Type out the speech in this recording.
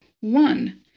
One